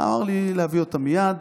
אמר לי להביא אותה מייד.